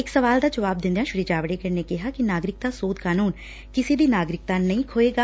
ਇਕ ਸਵਾਲ ਦਾ ਜਵਾਬ ਦਿਦਿਆਂ ਸ੍ਰੀ ਜਾਵੜੇਕਰ ਨੇ ਕਿਹਾ ਕਿ ਨਾਗਰਿਕਤਾ ਸੋਧ ਕਾਨੁੰਨ ਕਿਸੇ ਦੀ ਨਗਾਰਿਕਤਾ ਨਹੀਂ ਖੋਹੇਗਾ